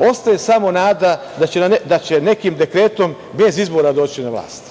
ostaje samo nada da će nekim dekretom bez izbora dođi na vlast.